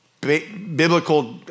biblical